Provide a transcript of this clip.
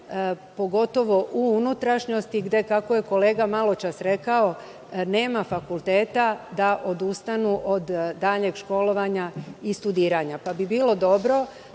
pogotovo u unutrašnjosti, gde, kako je kolega maločas rekao, nema fakulteta da odustanu od daljeg školovanja i studiranja, pa bi bilo dobro